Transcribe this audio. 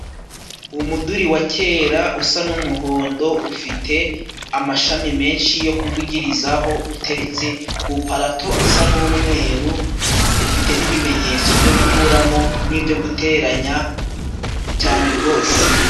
Umuduri wa kera usa n'umuhondo ufite amashami menshi yo kuvugirizaho, uteretse ku parato isa n'umweru ufite n'ibimenyetso byo gukuramo n'ibyo guteranya cyane rwose.